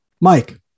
Mike